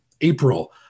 April